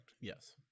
yes